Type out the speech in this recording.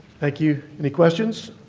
thank you. any questions?